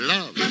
Love